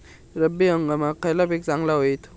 रब्बी हंगामाक खयला पीक चांगला होईत?